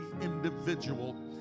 individual